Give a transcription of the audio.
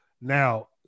now